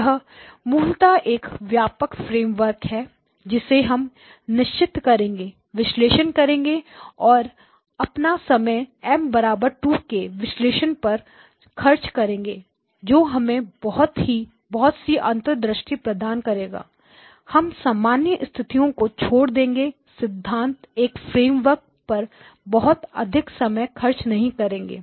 यह मूलतः एक व्यापक फ्रेमवर्क है जिसे हम निश्चित करेंगे विश्लेषक करेंगे और हम अपना समय M 2 के विश्लेषण पर खर्च करेंगे जो हमें बहुत सी अंतर्दृष्टि प्रदान करेगा हम सामान्य स्थितियों को छोड़ देंगे सिद्धांत एक फ्रेमवर्क पर बहुत अधिक समय खर्च नहीं करेंगे